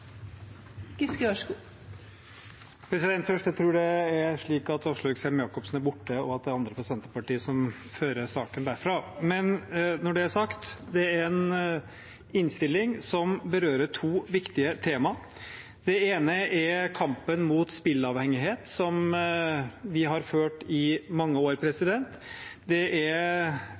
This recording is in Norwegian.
3 minutter. Først: Jeg tror det er slik at ordfører for saken, Åslaug Sem-Jacobsen, er borte, og at det er andre fra Senterpartiet som fører saken. Når det er sagt: Dette er en innstilling som berører to viktige temaer. Det ene er kampen mot spillavhengighet, som vi har ført i mange år. Det er